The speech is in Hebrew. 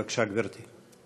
בבקשה, גברתי.